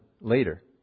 later